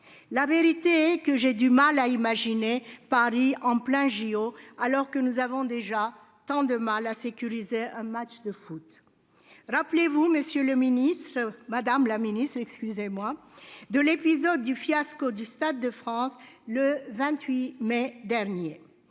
La vérité est que je peine à imaginer Paris en pleins Jeux, alors que nous avons déjà tant de mal à sécuriser un match de football. Rappelez-vous, madame la ministre, l'épisode du fiasco du Stade de France le 28 mai dernier.